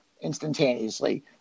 instantaneously